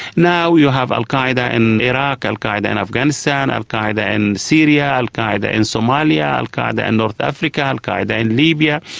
now you have al qaeda in iraq, al qaeda in afghanistan, al qaeda in syria, al qaeda in somalia, al qaeda in north africa, al qaeda in libya.